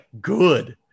Good